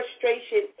frustration